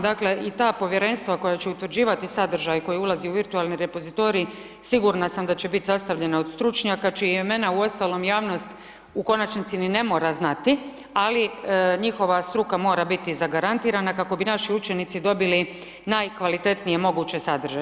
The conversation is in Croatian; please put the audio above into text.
Dakle i ta povjerenstva koja će utvrđivati sadržaj koji ulazi u virtualni repozitorij sigurna sam da će biti sastavljena od stručnjaka čija imena uostalom javnost u konačnici ni ne mora znati, ali njihova struka mora biti zagarantirana kako bi naši učenici dobili najkvalitetnije moguće sadržaje.